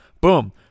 boom